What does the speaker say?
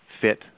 fit